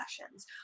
sessions